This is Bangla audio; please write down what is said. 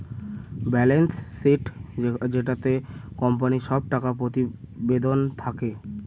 বেলেন্স শীট যেটাতে কোম্পানির সব টাকা প্রতিবেদন থাকে